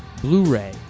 Blu-ray